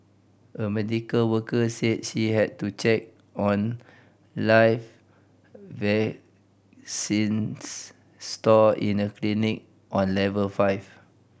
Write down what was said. a medical worker said she had to check on live vaccines stored in a clinic on level five